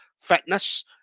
Fitness